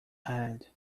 head